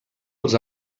els